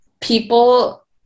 people